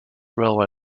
railway